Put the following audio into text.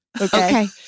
Okay